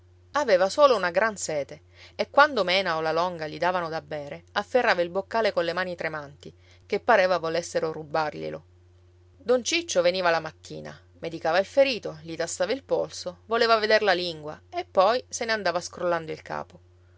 aveva solo una gran sete e quando mena o la longa gli davano da bere afferrava il boccale con le mani tremanti che pareva volessero rubarglielo don ciccio veniva la mattina medicava il ferito gli tastava il polso voleva veder la lingua e poi se ne andava scrollando il capo